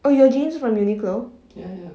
oh your jeans from uniqlo